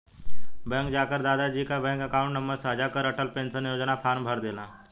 bank जाकर दादा जी का बैंक अकाउंट नंबर साझा कर अटल पेंशन योजना फॉर्म भरदेना